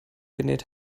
genäht